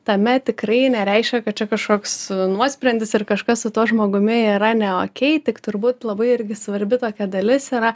tame tikrai nereiškia kad čia kažkoks nuosprendis ir kažkas su tuo žmogumi yra ne okei tik turbūt labai irgi svarbi tokia dalis yra